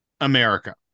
America